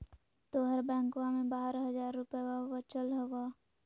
तोहर बैंकवा मे बारह हज़ार रूपयवा वचल हवब